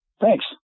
thanks